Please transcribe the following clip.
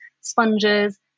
sponges